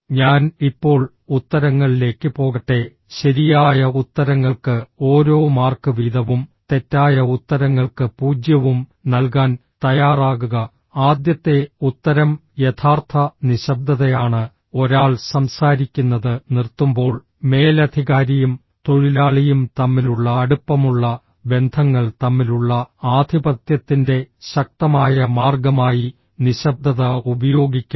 ഞാൻ ഇപ്പോൾ ഉത്തരങ്ങളിലേക്ക് പോകട്ടെ ശരിയായ ഉത്തരങ്ങൾക്ക് ഓരോ മാർക്ക് വീതവും തെറ്റായ ഉത്തരങ്ങൾക്ക് പൂജ്യവും നൽകാൻ തയ്യാറാകുക ആദ്യത്തെ ഉത്തരം യഥാർത്ഥ നിശബ്ദതയാണ് ഒരാൾ സംസാരിക്കുന്നത് നിർത്തുമ്പോൾ മേലധികാരിയും തൊഴിലാളിയും തമ്മിലുള്ള അടുപ്പമുള്ള ബന്ധങ്ങൾ തമ്മിലുള്ള ആധിപത്യത്തിന്റെ ശക്തമായ മാർഗമായി നിശബ്ദത ഉപയോഗിക്കാം